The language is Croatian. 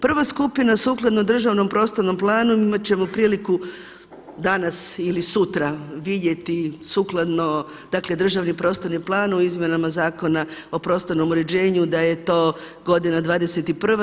Prva skupina sukladno državnom prostornom planu imat ćemo priliku danas ili sutra vidjeti sukladno, dakle državnom prostornom planu, izmjenama Zakona o prostornom uređenu da je to godina 21.